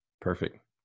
Perfect